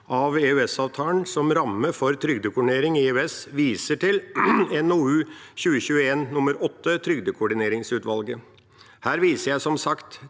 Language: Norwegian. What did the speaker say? om EØS-avtalen som ramme for trygdekoordinering i EØS, viser til NOU 2021: 8 og trygdekoordineringsutvalget. Her viser jeg, som sagt,